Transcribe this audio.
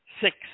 Six